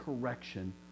correction